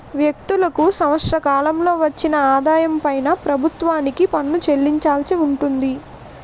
వ్యక్తులకు సంవత్సర కాలంలో వచ్చిన ఆదాయం పైన ప్రభుత్వానికి పన్ను చెల్లించాల్సి ఉంటుంది